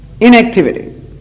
inactivity